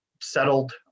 settled